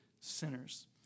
sinners